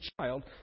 child